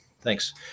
Thanks